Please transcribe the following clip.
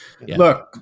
Look